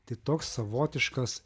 tai toks savotiškas